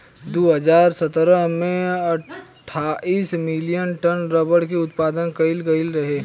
दू हज़ार सतरह में अठाईस मिलियन टन रबड़ के उत्पादन कईल गईल रहे